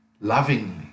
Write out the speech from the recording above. lovingly